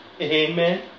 Amen